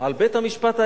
על בית-המשפט העליון,